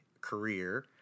career